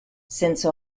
since